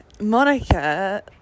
Monica